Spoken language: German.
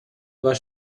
war